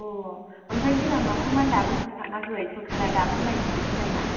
ओमफ्राय बे लामाखौ मानो दाबो फोसाबाखै सरकारा दाबोनो नायस'नाखै नामा